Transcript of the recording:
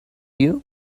you